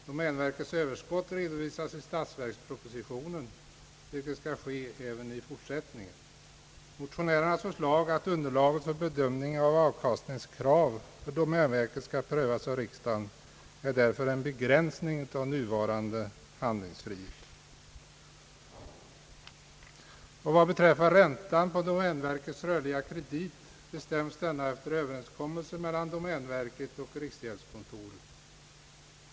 Domänverkets överskott redovisas i statsverkspropositionen, vilket skall ske även i fortsättningen. Motionärernas förslag att underlaget för bedömning av avkastningskrav för domänverket skall prövas av riksdagen är därför en begränsning av nuvarande handlingsfrihet. Vad beträffar räntan på domänverkets rörliga kredit bestäms denna efter överenskommelse mellan domänverket och riksgäldskontoret.